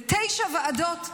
ותשע ועדות,